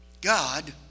God